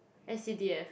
s_c_d_f